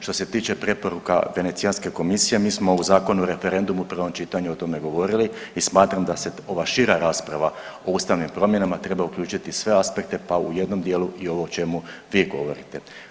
Što se tiče preporuka Venecijanske komisije, mi smo u Zakonu o referendumu u prvom čitanju o tome govorili i smatram da se ova šira rasprava o ustavnim promjenama treba uključiti sve aspekte, pa u jednom dijelu i ovo o čemu vi govorite.